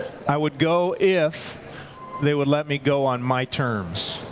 i would go if they would let me go on my terms.